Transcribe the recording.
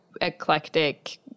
eclectic